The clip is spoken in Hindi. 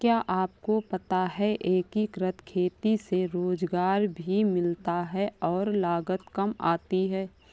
क्या आपको पता है एकीकृत खेती से रोजगार भी मिलता है और लागत काम आती है?